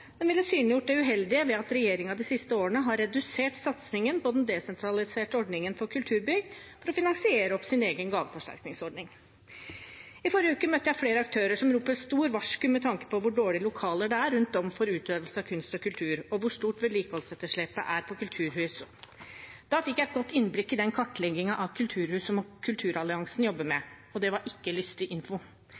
den ville synliggjort det uheldige ved at regjeringen de siste årene har redusert satsingen på den desentraliserte ordningen for kulturbygg for å finansiere opp sin egen gaveforsterkningsordning. I forrige uke møtte jeg flere aktører som roper et stort varsku med tanke på hvor dårlige lokaler det er rundt om for utøvelse av kunst og kultur, og hvor stort vedlikeholdsetterslepet er på kulturhus. Da fikk jeg et godt innblikk i den kartleggingen av kulturhus som Kulturalliansen jobber med, og det var ikke